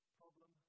problem